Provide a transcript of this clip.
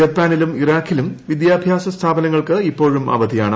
ജപ്പാനിലും ഇറാഖിലും വിദ്യാഭ്യാസ സ്ഥാപനങ്ങൾക്ക് ഇപ്പോഴും അവധിയാണ്